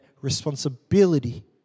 responsibility